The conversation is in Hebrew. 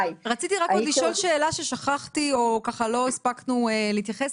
רציתי רק עוד לשאול שאלה ששכחתי או ככה לא הספקנו להתייחס